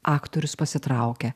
aktorius pasitraukia